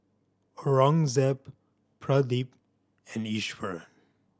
Aurangzeb Pradip and Iswaran